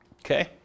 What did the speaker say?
Okay